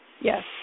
Yes